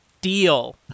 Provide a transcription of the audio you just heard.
Deal